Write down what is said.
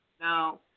Now